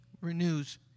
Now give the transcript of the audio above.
renews